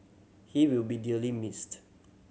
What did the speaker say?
he will be dearly missed